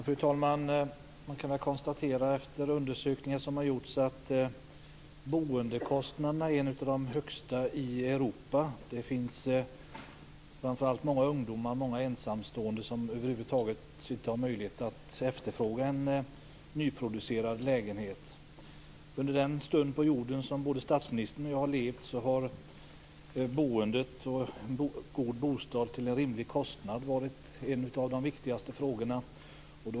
Fru talman! Man kan efter undersökningar som har gjorts konstatera att boendekostnaderna här är bland de högsta i Europa. Det finns framför allt många ungdomar och många ensamstående som över huvud taget inte har möjlighet att efterfråga en nyproducerad lägenhet. Under den stund på jorden som både statsministern och jag har levt har boendet och en bostad till rimlig kostnad varit en av de viktigaste frågorna.